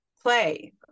play